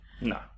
No